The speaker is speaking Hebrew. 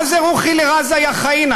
מה זה "רוחי לעזה, יא ח'אינה"?